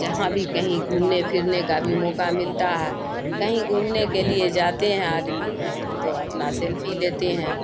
جہاں بھی کہیں گھومنے پھرنے کا بھی موقع ملتا ہے کہیں گھومنے کے لیے جاتے ہیں آدمی تو اپنا سیلفی لیتے ہیں